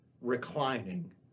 reclining